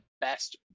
best